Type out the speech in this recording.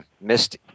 missed